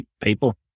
people